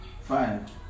Five